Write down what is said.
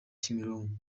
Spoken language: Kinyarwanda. kimironko